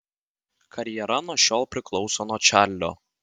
karjera nuo šiol priklauso nuo čarlio